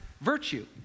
virtue